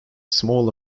small